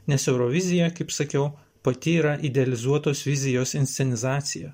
nes eurovizija kaip sakiau pati yra idealizuotos vizijos inscenizacija